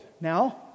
Now